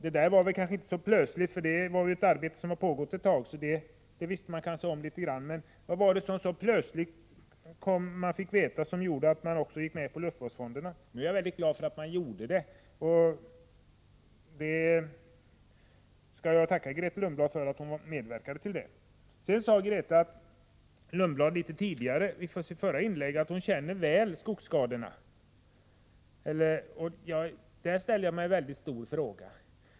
Det kunde väl inte vara så plötsligt, för detta arbete har pågått ett tag. Det visste man nog om. Men vad var det som gjorde att man så plötsligt gick med på luftvårdsfonderna? Jag är väldigt glad över att man gjorde det. Jag vill tacka Grethe Lundblad för att hon medverkade härtill. I sitt förra inlägg sade Grethe Lundblad att hon känner skogsskadorna väl. Där ställer jag mig väldigt frågande.